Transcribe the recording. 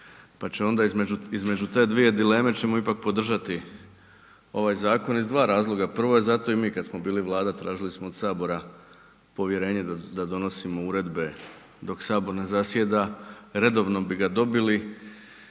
pa će onda između, između te dvije dileme ćemo ipak podržati ovaj zakon iz dva razloga. Prvo je zato i mi kad smo bili vlada tražili smo od sabora povjerenje da donosimo uredbe dok sabor ne zasjeda, redovno bi ga dobili